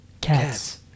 cats